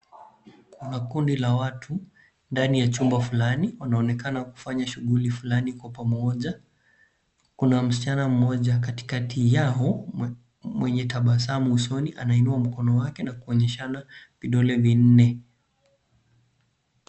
Kuna kundi la watu ndani ya chumba fulani wanaonekana kufanya shughuli fulani kwa pamoja. Kuna msichana mmoja katikati yao mwenye tabasamu usoni anainua mkono wake na kuonyeshana vidole vinne.